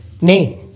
name